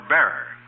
Bearer